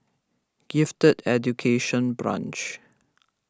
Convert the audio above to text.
Gifted Education Branch